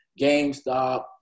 GameStop